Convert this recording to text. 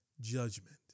judgment